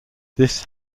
this